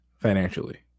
Financially